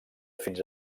fins